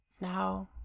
now